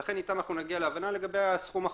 ולכן איתם אנחנו נגיע להבנה לגבי הסכום אחורה.